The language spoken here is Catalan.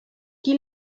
qui